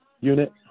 unit